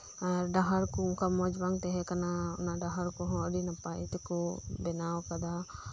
ᱟᱨ ᱰᱟᱦᱟᱨᱠᱩ ᱚᱱᱠᱟ ᱢᱚᱡᱵᱟᱝ ᱛᱟᱦᱮᱸ ᱠᱟᱱᱟ ᱚᱱᱟ ᱰᱟᱦᱟᱨ ᱠᱚᱦᱚᱸ ᱟᱹᱰᱤ ᱱᱟᱯᱟᱭᱛᱮᱠᱩ ᱵᱮᱱᱟᱣ ᱟᱠᱟᱫᱟ